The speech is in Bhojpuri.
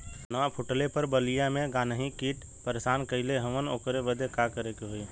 धनवा फूटले पर बलिया में गान्ही कीट परेशान कइले हवन ओकरे बदे का करे होई?